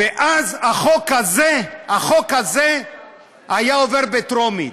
ואז החוק הזה, החוק הזה היה עובר בטרומית.